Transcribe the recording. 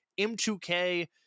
M2K